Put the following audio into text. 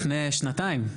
לפני שנתיים,